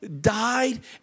died